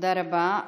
תודה רבה.